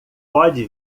pode